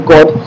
God